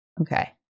okay